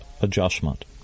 adjustment